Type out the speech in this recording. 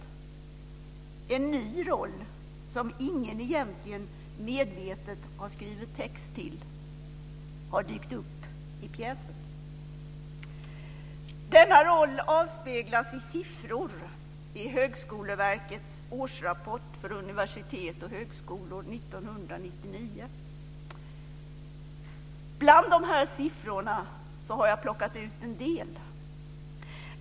En ny roll, som ingen egentligen medvetet har skrivit text till, har dykt upp i pjäsen. Denna roll avspelas i siffror i Högskoleverkets årsrapport för universitet och högskolor 1999. Bland dessa siffror har jag plockat ut en del.